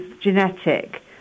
genetic